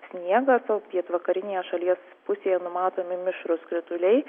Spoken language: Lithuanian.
sniegas o pietvakarinėje šalies pusėje numatomi mišrūs krituliai